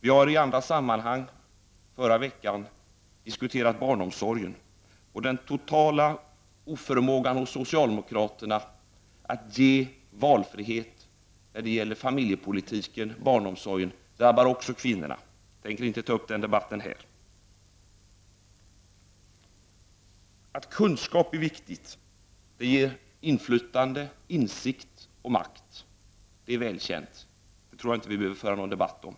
Vi har i ett annat sammanhang under förra veckan diskuterat barnomsorgen och den totala oförmågan hos socialdemokraterna att ge valfrihet inom familjepolitiken när det gäller barnomsorg. Det drabbar också kvinnorna. Jag tänker inte ta upp den debatten här. Kunskap är viktigt. Det ger inflytande, insikt och makt. Det är väl känt, och det tror jag inte vi behöver föra en debatt om.